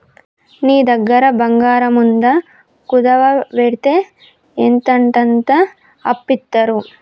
నీ దగ్గర బంగారముందా, కుదువవెడ్తే ఎంతంటంత అప్పిత్తరు